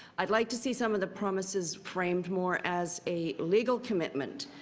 i'd like to see some of the promises framed more as a legal commitment.